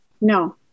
No